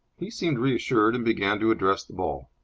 he seemed reassured, and began to address the ball.